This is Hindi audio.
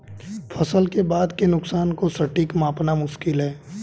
फसल के बाद के नुकसान को सटीक मापना मुश्किल है